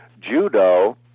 judo